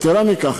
יתרה מכך,